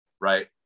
right